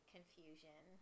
Confusion